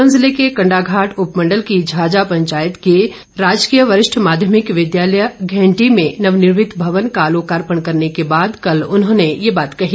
सोलन जिले के कण्डाघाट उपमंडल की झाजा पंचायत के राजकीय वरिष्ठ माध्यमिक विद्यालय घैण्टी में नवनिर्मित भवन का लोकार्पण करने के बाद कल उन्होंने ये बात कही